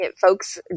folks